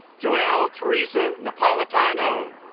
joelle teresa napolitano